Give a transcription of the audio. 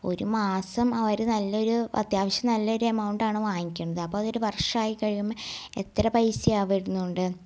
ഒരു മാസം അവർ നല്ലൊരു അത്യാവശ്യം നല്ലൊരു എമൗണ്ടാണ് വാങ്ങിക്കണത് അപ്പം അതൊരു വർഷമായി കഴിയുമ്പോൾ എത്ര പൈസയാണ് വരുന്നുണ്ട്